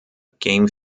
game